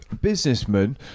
businessman